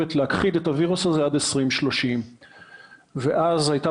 שמתחייבת להכחיד את הווירוס הזה עד 2030. אז הייתה